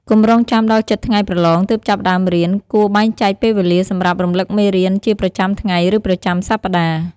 កុំរង់ចាំដល់ជិតថ្ងៃប្រឡងទើបចាប់ផ្តើមរៀន គួរបែងចែកពេលវេលាសម្រាប់រំលឹកមេរៀនជាប្រចាំថ្ងៃ ឬប្រចាំសប្តាហ៍។